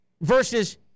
versus